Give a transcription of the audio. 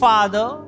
Father